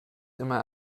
immer